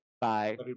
bye